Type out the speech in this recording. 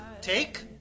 Take